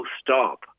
stop